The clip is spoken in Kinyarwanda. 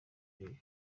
binini